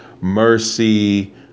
mercy